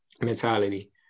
mentality